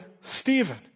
Stephen